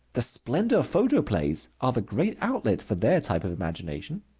the splendor photoplays are the great outlet for their type of imagination.